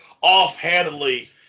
offhandedly